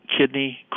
kidney